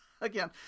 again